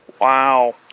Wow